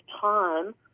time